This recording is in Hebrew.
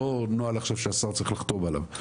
לא נוהל שהשר צריך לחתום עליו.